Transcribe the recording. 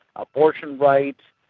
abortion rights,